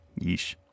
Yeesh